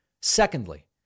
Secondly